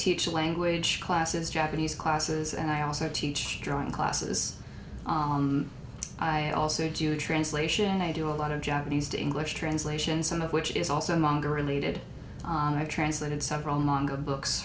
teach language classes japanese classes and i also teach drawing classes i also do a translation and i do a lot of japanese to english translation some of which is also no longer related i translated several longer books